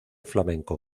flamenco